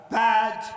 bad